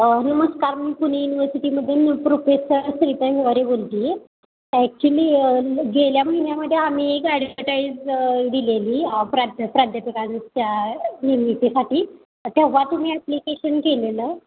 नमस्कार मी पुणे युनिवसिटीमधून प्रोफेसर बोलते आहे ॲक्च्युली गेल्या महिन्यामध्ये आम्ही एक ॲडवटाईज दिलेली प्राध्या प्राध्यापकांच्या नेमणुकीसाठी तेव्हा तुम्ही ॲप्लिकेशन केलेलं